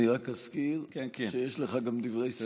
אני רק אזכיר שיש לך גם דברי סיכום.